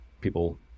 people